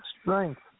strength